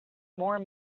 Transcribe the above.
more